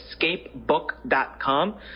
escapebook.com